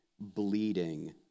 bleeding